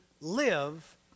live